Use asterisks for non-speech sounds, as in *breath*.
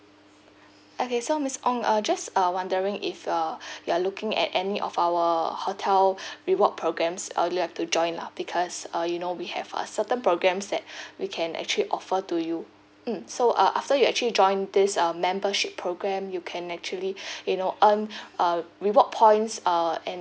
okay so miss ong uh just uh wondering if uh *breath* you are looking at any of our hotel *breath* reward programmes uh you would like to join lah because uh you know we have a certain programmes that *breath* we can actually offer to you mm so uh after you actually join this uh membership programme you can actually *breath* you know earn uh reward points uh and